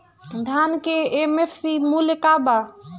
धान के एम.एफ.सी मूल्य का बा?